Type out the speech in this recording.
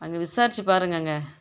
அங்கே விசாரிச்சு பாருங்கள் அங்கே